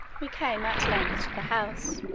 we came at length to the house,